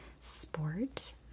sport